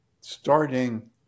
starting